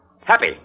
Happy